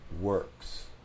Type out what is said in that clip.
works